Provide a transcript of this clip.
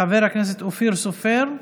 חבר הכנסת אופיר סופר.